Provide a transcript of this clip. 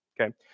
okay